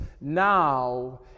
now